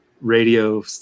radio